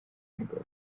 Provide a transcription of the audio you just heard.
mugabo